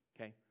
okay